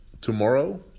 tomorrow